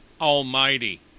Almighty